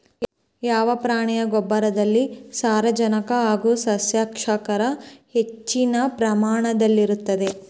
ಯಾವ ಪ್ರಾಣಿಯ ಗೊಬ್ಬರದಲ್ಲಿ ಸಾರಜನಕ ಹಾಗೂ ಸಸ್ಯಕ್ಷಾರ ಹೆಚ್ಚಿನ ಪ್ರಮಾಣದಲ್ಲಿರುತ್ತದೆ?